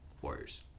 Warriors